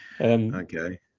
okay